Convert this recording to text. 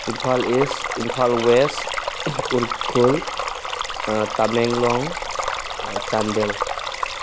Imphal east Imphal west Ukhrul Tamenglong Chandel